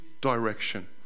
direction